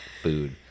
food